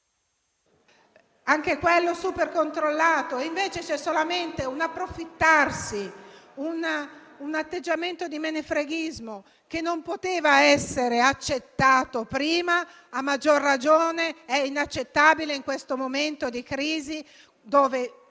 anche quello supercontrollato. Invece c'è solamente un approfittarsi, un atteggiamento di menefreghismo che non poteva essere accettato prima e a maggior ragione è inaccettabile in questo momento di crisi dove a tutti viene richiesta